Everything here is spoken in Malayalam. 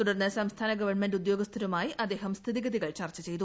തുടർന്ന് സംസ്ഥാന ഗവൺമെന്റ് ഉദ്യോഗസ്ഥരുമായി അദ്ദേഹം സ്ഥിതിഗതികൾ ചർച്ച ചെയ്തു